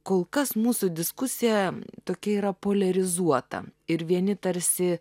kol kas mūsų diskusija tokia yra poliarizuota ir vieni tarsi